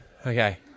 Okay